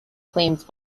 claimed